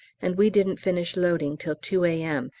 and we didn't finish loading till two a m,